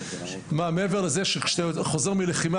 מעבר לזה שכשאתה חוזר מלחימה,